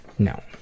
No